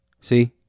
See